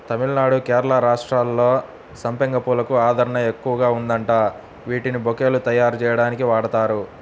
తమిళనాడు, కేరళ రాష్ట్రాల్లో సంపెంగ పూలకు ఆదరణ ఎక్కువగా ఉందంట, వీటిని బొకేలు తయ్యారుజెయ్యడానికి వాడతారు